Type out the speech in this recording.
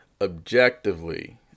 Objectively